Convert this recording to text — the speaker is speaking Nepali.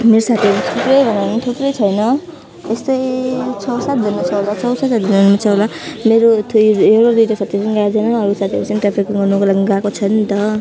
मेरो साथीहरू थुप्रै भएर पनि थुप्रै छैन यस्तै छ सातजना छ होला छ सात सातजना छ होला मेरो एउटा दुइवटा साथीहरू चाहिँ गएको छैन अरू चाहिँ ट्राफिकिङ गर्नुको लागि गएको छ नि त